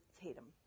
Tatum